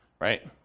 right